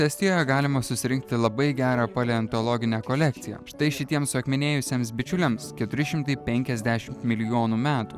estijoje galima susirinkti labai gerą paleontologinę kolekciją štai šitiems suakmenėjusiems bičiuliams keturi šimtai penkiasdešimt milijonų metų